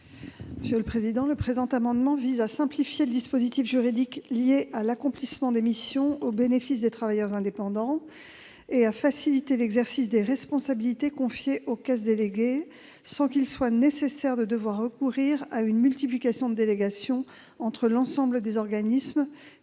Mme la ministre. Le présent amendement vise à simplifier le dispositif juridique lié à l'accomplissement des missions au bénéfice des travailleurs indépendants et à faciliter l'exercice des responsabilités confiées aux caisses déléguées, sans qu'il soit nécessaire de devoir recourir à une multiplication de délégations entre l'ensemble des organismes